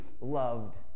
loved